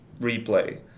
Replay